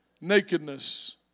nakedness